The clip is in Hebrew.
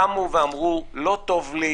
קמו ואמרו: לא טוב לי,